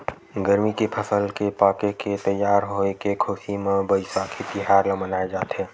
गरमी फसल के पाके के तइयार होए के खुसी म बइसाखी तिहार ल मनाए जाथे